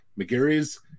mcgarry's